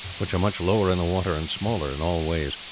which are much lower in the water and smaller in all ways.